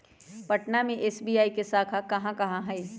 पटना में एस.बी.आई के शाखा कहाँ कहाँ हई